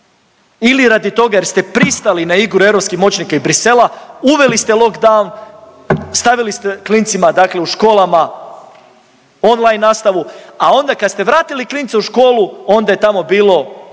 ili radi toga jer ste pristali na igru europskih moćnika i Bruxellesa. Uveli ste lock down, stavili ste klincima dakle u školama online nastavu, a onda kad ste vratili klince u školu onda je tamo